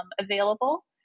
available